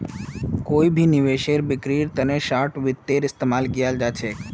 कोई भी निवेशेर बिक्रीर तना शार्ट वित्तेर इस्तेमाल कियाल जा छेक